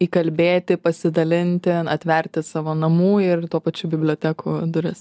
įkalbėti pasidalinti atverti savo namų ir tuo pačiu bibliotekų duris